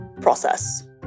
process